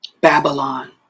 Babylon